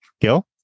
Gil